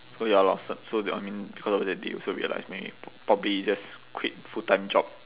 so ya lor so so that I mean because of that they also realise maybe probably just quit full time job